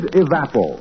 evapo